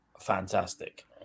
fantastic